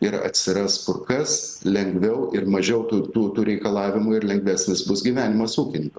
ir atsiras kur kas lengviau ir mažiau tų tų tų reikalavimų ir lengvesnis bus gyvenimas ūkininkam